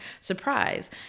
Surprise